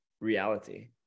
reality